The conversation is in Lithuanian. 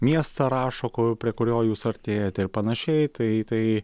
miestą rašo ko prie kurio jūs artėjate ir panašiai tai tai